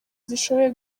zishoboye